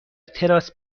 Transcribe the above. تراس